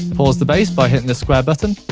pause the base by hitting the square button.